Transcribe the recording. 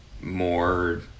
more